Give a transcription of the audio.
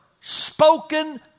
spoken